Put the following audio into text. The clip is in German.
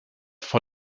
vor